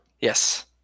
Yes